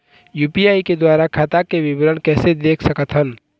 UPI के द्वारा खाता के विवरण कैसे देख सकत हन?